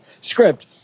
script